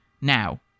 Now